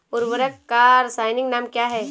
उर्वरक का रासायनिक नाम क्या है?